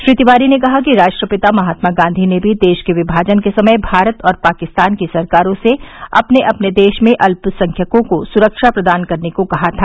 श्री तिवारी ने कहा कि राष्ट्रपिता महात्मा गांधी ने भी देश के विमाजन के समय भारत और पाकिस्तान की सरकारों से अपने अपने देश में अल्पसंख्यकों को सुरक्षा प्रदान करने को कहा था